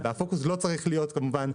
הפוקוס לא צריך להיות כמובן,